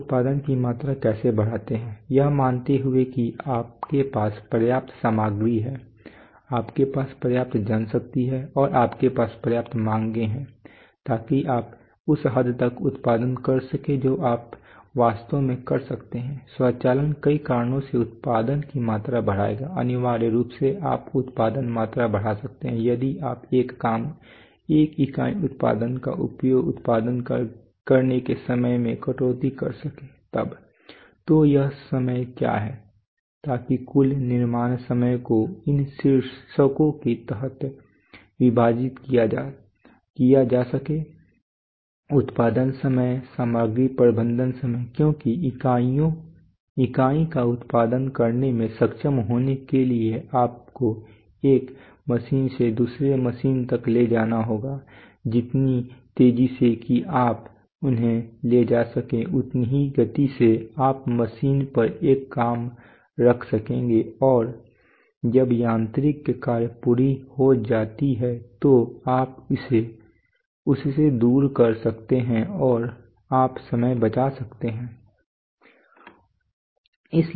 आप उत्पादन की मात्रा कैसे बढ़ाते हैं यह मानते हुए कि आपके पास पर्याप्त सामग्री है आपके पास पर्याप्त जनशक्ति है और आपके पास पर्याप्त मांग है ताकि आप उस हद तक उत्पादन कर सकें जो आप वास्तव में कर सकते हैं स्वचालन कई कारणों से उत्पादन की मात्रा बढ़ाएगा अनिवार्य रूप से आप उत्पादन मात्रा बढ़ा सकते हैं यदि आप एक काम एक इकाई उत्पाद का उत्पादन करने के समय में कटौती कर सके तब तो यह समय क्या है ताकि कुल निर्माण समय को इन शीर्षकों के तहत विभाजित किया जा सके उत्पादन समय सामग्री प्रबंधन समय क्योंकि इकाई का उत्पादन करने में सक्षम होने के लिए आप को एक मशीन से दूसरे मशीन तक ले जाना होगा जितनी तेजी से कि आप उन्हें ले जा सकेंगे उतनी ही गति से आप मशीन पर एक काम रख सकेंगे और जब यांत्रिक कार्य पूरी हो जाती है तो आप इसे उससे दूर कर सकते हैं और आप समय बचा सकते हैं